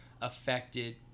affected